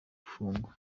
gufungwa